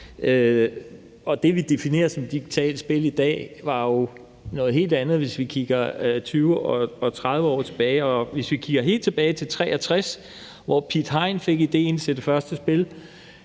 Det, vi definerer som digitale spil i dag, var jo noget helt andet, hvis vi kigger 20 eller 30 år tilbage, og hvis vi kigger helt tilbage til 1963, hvor Piet Hein fik idéen til det første spil